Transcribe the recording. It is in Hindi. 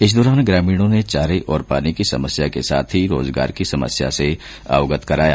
इस दौरान ग्रामीणों ने चारे और पानी की समस्या के साथ ही रोजगार की समस्या से अवगत कराया